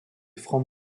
francs